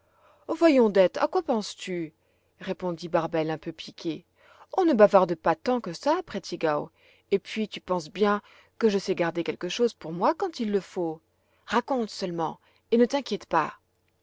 voyons dete à quoi penses-tu répondit barbel un peu piquée on ne bavarde pas tant que ça à prttigau et puis tu penses bien que je sais garder quelque chose pour moi quand il le faut raconte seulement et ne t'inquiète pas